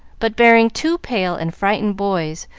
but bearing two pale and frightened boys,